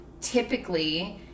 typically